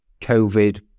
COVID